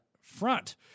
front